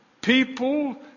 people